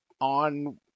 on